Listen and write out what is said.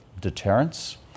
deterrence